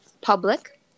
public